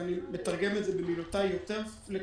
אני מתרגם במילותיי יותר פלקסביליות